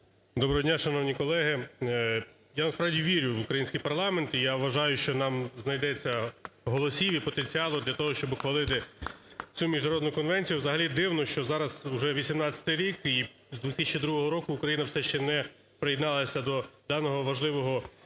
Доброго дня, шановні колеги. Я насправді вірю в український парламент, і я вважаю, що нам знайдеться голосів і потенціалу для того, щоб ухвалити цю міжнародну конвенцію. Взагалі дивно, що зараз уже 18 рік, і з 2002 року Україна все ще не приєдналася до даного важливого міжнародного